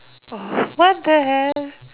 oh what the hell